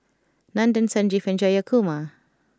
Nandan Sanjeev and Jayakumar